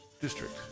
District